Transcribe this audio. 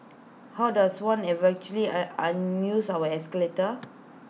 how does one A an misuse of escalator